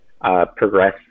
progress